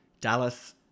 Dallas